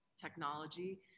technology